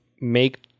make